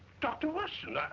doctor watson.